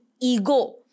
ego